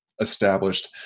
established